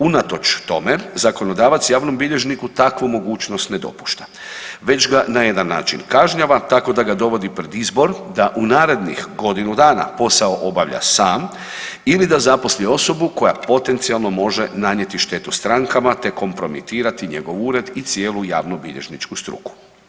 Unatoč tome zakonodavac javnom bilježniku takvu mogućnost ne dopušta već ga na jedan način kažnjava tako da ga dovodi pred izbor da u narednih godinu dana posao obavlja sam ili da zaposli osobu koja potencijalno može nanijeti štetu strankama, te kompromitirati njegov ured i cijelu javnobilježničku struku.